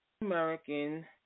American